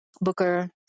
Booker